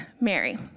Mary